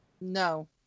no